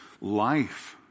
life